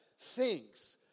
thinks